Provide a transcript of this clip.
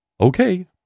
Okay